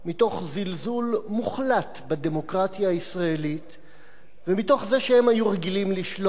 מתוך זלזול מוחלט בדמוקרטיה הישראלית ומתוך זה שהם היו רגילים לשלוט,